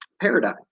paradigm